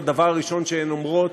הדבר הראשון שהן אומרות: